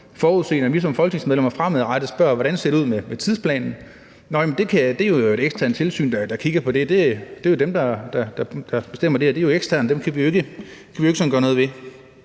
forudse, at når vi som folketingsmedlemmer fremadrettet spørger, hvordan det ser ud med tidsplanen, så er svaret, at det jo er et eksternt tilsyn, der kigger på det, og at det jo er dem, der bestemmer, og at de er eksterne, så dem kan vi ikke sådan gøre noget ved.